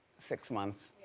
six months.